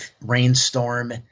rainstorm